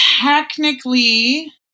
technically